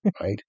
right